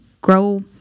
grow